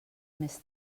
més